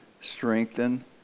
strengthen